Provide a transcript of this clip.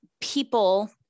people